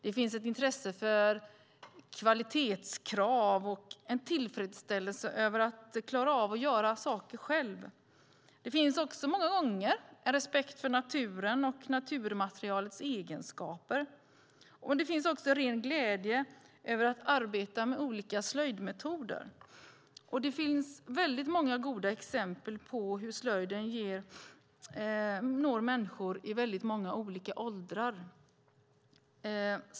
Det finns ett intresse för kvalitetskrav och en tillfredsställelse över att klara av att göra saker själv. Det finns också många gånger en respekt för naturen och för naturmaterialets egenskaper. Men det finns också en ren glädje över att arbeta med olika slöjdmetoder. Det finns väldigt många goda exempel på hur slöjden når människor i väldigt många olika åldrar.